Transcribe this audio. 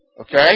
Okay